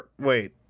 Wait